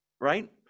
Right